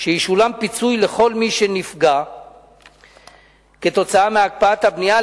שישולם פיצוי לכל מי שנפגע מהקפאת הבנייה,